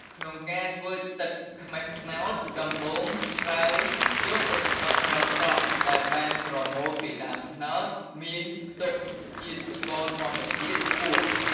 ក្នុងការធ្វើទឹកខ្មេះត្នោត ដំបូងឡើយ យកទឹកត្នោតស្រស់ៗដែលបានប្រមូលពីដើមត្នោត មានផ្ទុកជាតិស្ករធម្មជាតិខ្ពស់។